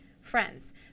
friends